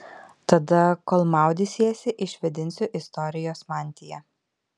tada kol maudysiesi išvėdinsiu istorijos mantiją